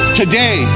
today